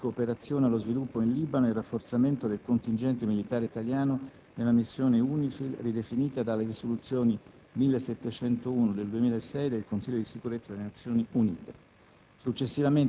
l’intervento di cooperazione allo sviluppo in Libano e il rafforzamento del contingente militare italiano nella missione UNIFIL, ridefinita dalla risoluzione 1701 (2006) del Consiglio di sicurezza delle Nazioni Unite»